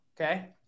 okay